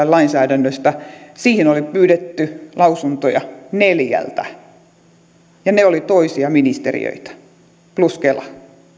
lainsäädännöstä siihen oli pyydetty lausuntoja neljältä ja ne olivat toisia ministeriöitä plus kela